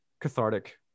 cathartic